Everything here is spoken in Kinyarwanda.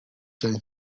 cyanyu